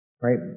right